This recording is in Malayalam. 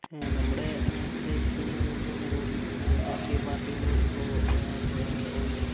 നമ്മുടെ പ്രദേശത്ത് എന്നു പറയുമ്പോൾ നിരവധി രാഷ്ട്രീയ പാർട്ടികൾ ഇപ്പോൾ ഇപ്പോൾ ഉണ്ട്